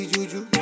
Juju